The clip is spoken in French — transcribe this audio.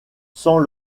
sans